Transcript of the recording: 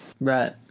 right